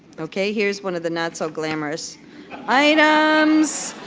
okay, here's one of the not-so glamorous items.